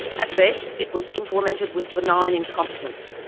at best, it was implemented with benign incompetence,